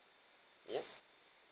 ya